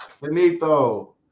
Benito